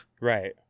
Right